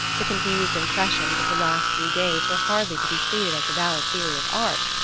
the confused impressions of the last few days were hardly to be pleaded as a valid theory of art.